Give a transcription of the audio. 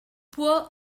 poor